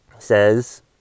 Says